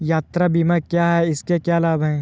यात्रा बीमा क्या है इसके क्या लाभ हैं?